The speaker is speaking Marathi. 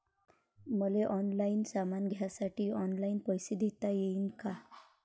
मले ऑनलाईन सामान घ्यासाठी ऑनलाईन पैसे देता येईन का?